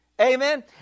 Amen